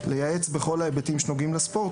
לייעץ בכל ההיבטים הנוגעים לספורט,